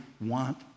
want